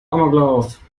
amoklauf